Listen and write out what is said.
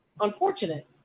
unfortunate